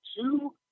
two